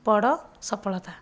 ବଡ଼ ସଫଳତା